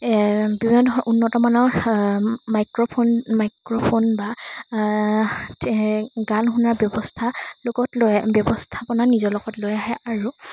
বিভিন্ন ধৰণৰ উন্নতমানৰ মাইক্ৰফোন মাইক্ৰফোন বা গান শুনাৰ ব্যৱস্থা লগত লৈ ব্যৱস্থাপনা নিজৰ লগত লৈ আহে আৰু